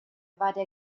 war